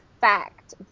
fact